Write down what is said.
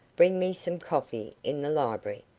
bring me some coffee in the library,